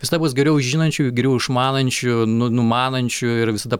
visada bus geriau žinančių geriau išmanančių nu numanančių ir visada